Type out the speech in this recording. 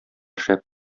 шәп